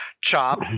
chop